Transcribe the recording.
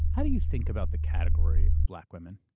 how do you think about the category of black women?